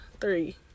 three